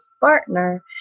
partner